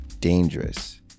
dangerous